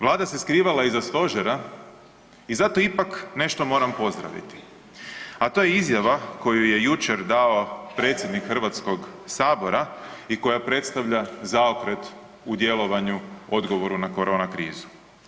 Vlada se skrivala iza stožera i zato ipak nešto moram pozdraviti, a to je izjava koju je jučer dao predsjednik Hrvatskog sabora i koja predstavlja zaokret u djelovanju odgovoru na korona krizu.